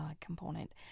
component